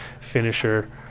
finisher